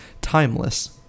timeless